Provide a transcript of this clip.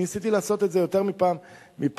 אני ניסיתי לעשות את זה יותר מפעם אחת,